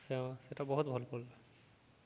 ସେ ସେଟା ବହୁତ ଭଲ ପଡ଼ିଲା